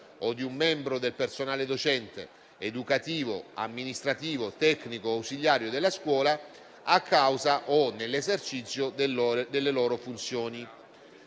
o di un membro del personale docente, educativo, amministrativo, tecnico o ausiliario della scuola, a causa o nell'esercizio delle loro funzioni.